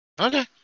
Okay